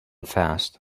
fast